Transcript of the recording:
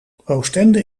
oostende